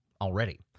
already